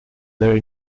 their